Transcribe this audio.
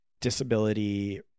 disability